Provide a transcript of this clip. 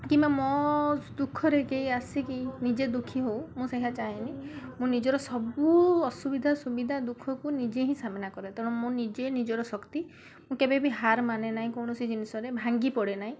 କିମ୍ବା ମୋ ଦୁଃଖରେ କେହି ଆସିକି ନିଜେ ଦୁଃଖୀ ହଉ ମୁଁ ସେୟା ଚାହେଁନି ମୁଁ ନିଜର ସବୁ ଅସୁବିଧା ସୁବିଧା ଦୁଃଖକୁ ନିଜେ ହିଁ ସାମ୍ନା କରେ ତେଣୁ ମୁଁ ନିଜେ ହିଁ ନିଜର ଶକ୍ତି ମୁଁ କେବେ ବି ହାର ମାନେ ନାହିଁ କୌଣସି ଜିନିଷରେ ଭାଙ୍ଗି ପଡ଼େ ନାହିଁ